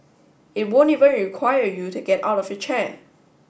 it won't even require you to get out of your chair